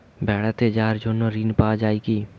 বেড়াতে যাওয়ার জন্য ঋণ পাওয়া যায় কি?